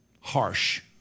harsh